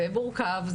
זה מורכב.